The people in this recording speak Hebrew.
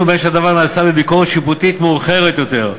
ובין שהדבר נעשה בביקורת שיפוטית מאוחרת יותר.